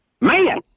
man